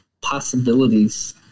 possibilities